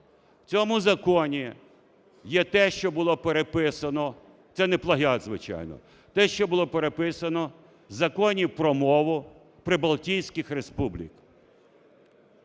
В цьому законі є те, що було переписано, це не плагіат звичайно, те, що було переписано в Законі про мову прибалтійських республік,